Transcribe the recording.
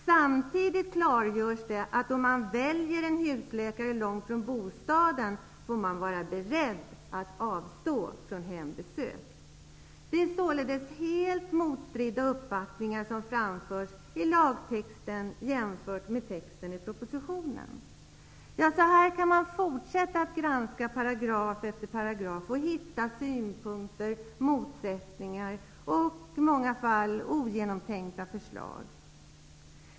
Samtidigt klargörs det att om man väljer en husläkare långt från bostaden, får man vara beredd att avstå från hembesök. Det är således helt motstridande uppfattningar som framförs i lagtexten resp. i propositionen. Ja, så här kan man fortsätta att granska paragraf efter paragraf och hitta synpunkter, motsättningar och i många fall ogenomtänkta förslag.